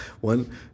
one